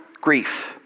grief